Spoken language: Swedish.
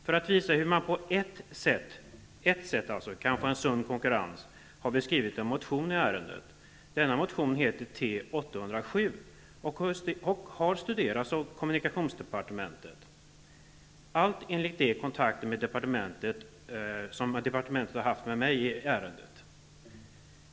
För att visa hur man på ett sätt kan få en sund konkurrens har vi skrivit en motion i ärendet, motion T807, vilken har studerats av kommunikationsdepartementet -- allt enligt de kontakter som deparatementet har haft med mig i ärendet.